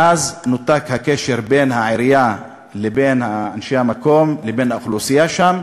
ואז נותק הקשר בין העירייה לבין אנשי המקום לבין האוכלוסייה שם,